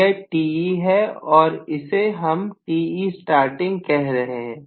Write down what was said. यह Te है और इसे हम Te starting कह रहे हैं